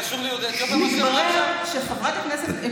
סתיו שפיר בממשלה, איציק שמולי בממשלה.